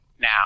now